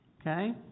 Okay